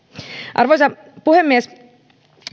arvoisa puhemies